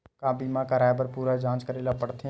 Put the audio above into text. का बीमा कराए बर पूरा जांच करेला पड़थे?